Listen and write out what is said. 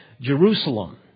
Jerusalem